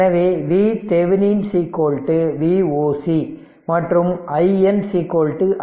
எனவே VThevenin Voc மற்றும் iN iSC